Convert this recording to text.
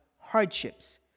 hardships